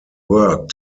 work